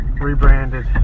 rebranded